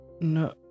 No